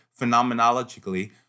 Phenomenologically